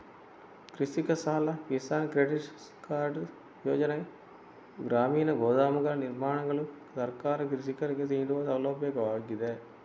ಕೃಷಿಕ ಸಾಲ, Kisan credit card ಯೋಜನೆ, ಗ್ರಾಮೀಣ ಗೋದಾಮುಗಳ ನಿರ್ಮಾಣಗಳು ಸರ್ಕಾರ ಕೃಷಿಕರಿಗೆ ನೀಡುವ ಸೌಲಭ್ಯಗಳಾಗಿವೆ